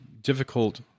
difficult